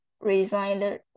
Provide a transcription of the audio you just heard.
resigned